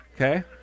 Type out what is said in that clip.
Okay